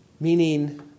Meaning